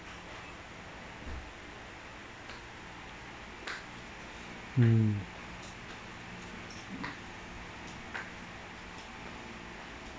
mm